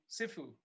Sifu